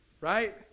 right